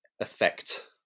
effect